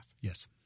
Yes